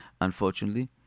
unfortunately